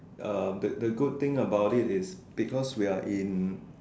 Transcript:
um the the good thing about it is because we are in